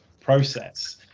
process